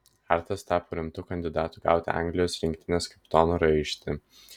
hartas tapo rimtu kandidatu gauti anglijos rinktinės kapitono raištį